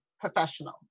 professional